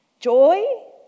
Joy